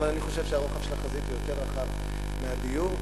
אבל אני חושב שהחזית יותר רחבה מתחום הדיור.